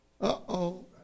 Uh-oh